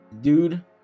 Dude